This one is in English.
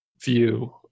view